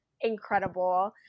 incredible